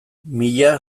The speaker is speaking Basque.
mila